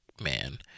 man